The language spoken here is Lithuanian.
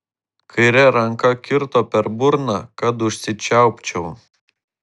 kaire ranka kirto per burną kad užsičiaupčiau